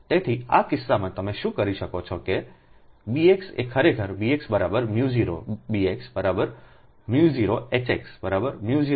તેથી આ કિસ્સામાં તમે શું કરી શકો છો તે છેકેBxએખરેખરBxµ0